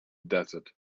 desert